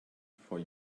before